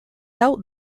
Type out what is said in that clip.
hau